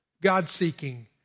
God-seeking